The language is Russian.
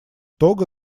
того